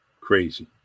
Crazy